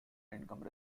income